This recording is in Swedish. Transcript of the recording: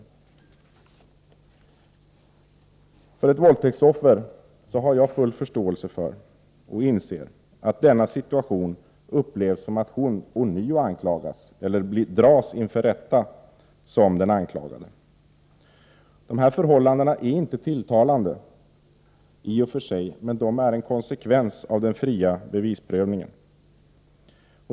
Jag har full förståelse för ett våldtäktsoffer och inser att dennas situation upplevs som att det är hon som anklagas eller dras inför rätta som den anklagade. De här förhållandena är inte tilltalande i och för sig, men de är en konsekvens av den fria bevisprövningen.